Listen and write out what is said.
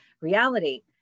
Reality